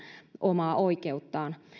omaa oikeuttaan